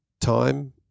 Time